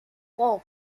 four